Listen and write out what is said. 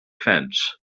fence